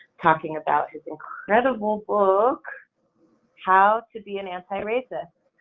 talking about his incredible book how to be an anti-racist!